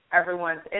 Everyone's